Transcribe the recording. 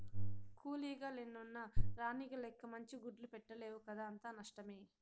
కూలీగ లెన్నున్న రాణిగ లెక్క మంచి గుడ్లు పెట్టలేవు కదా అంతా నష్టమే